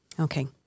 Okay